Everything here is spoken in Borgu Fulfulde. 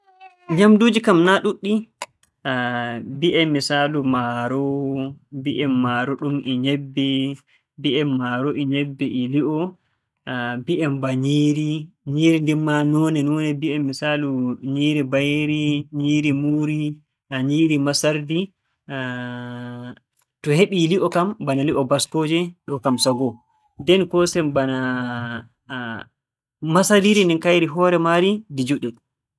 Nyamnduuji kam naa ɗuuɗɗi. Mbi'en misaalu maaro, mbi'en maaro ɗum e nyebbe, mbi'en maaro e nyebbe e li'o, mbi'en ba nyiiri. Nyiiri ndin maa noone-noone, mbi'en misaalu nyiiri bayeeri, nyiiri muuri, nyiiri masardi. To heɓii li'o kam bana li'o baskooje, ɗo'o kam sagoo. Nden koosen bana masariiri ndin kayri hoore maari ndi juɗee.